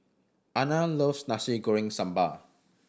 Ana loves Nasi Goreng Sambal